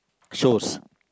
shows